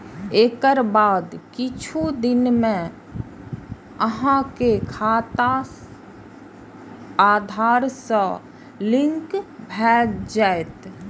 एकर बाद किछु दिन मे अहांक खाता आधार सं लिंक भए जायत